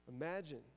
Imagine